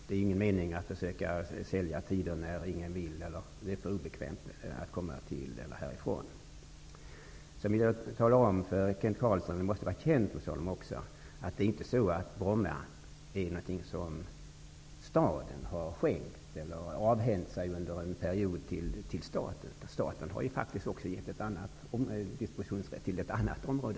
Det är ingen mening att försöka sälja tider då folk inte vill eller tycker det är för obekvämt att resa. Det måste vara känt för Kent Carlsson att Bromma inte är något som staden har skänkt eller avhänt sig till staten. Staten har faktiskt givit staden rätt att disponera ett annat område.